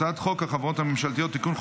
הצעת חוק החברות הממשלתיות (תיקון,